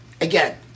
again